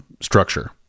structure